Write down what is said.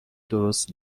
درست